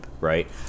right